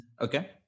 Okay